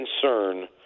concern